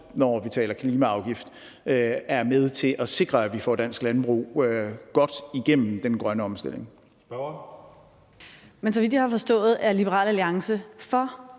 når vi taler klimaafgift – er med til at sikre, at vi får dansk landbrug godt igennem den grønne omstilling. Kl. 16:38 Tredje næstformand (Karsten Hønge):